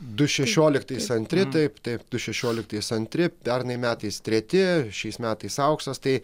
du šešioliktais antri taip taip du šešioliktais antri pernai metais treti šiais metais auksas tai